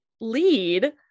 lead